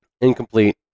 Incomplete